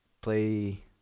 play